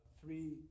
three